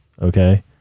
Okay